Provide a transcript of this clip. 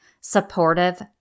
supportive